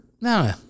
No